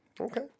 Okay